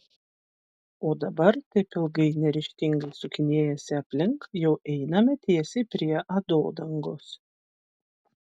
o dabar taip ilgai neryžtingai sukinėjęsi aplink jau eime tiesiai prie atodangos